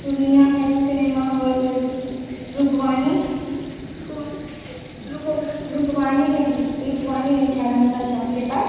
पूर्णियामे cinema hall अइ रूपवाणी रूपवाणी रूपवाणीमे ही चौकके पास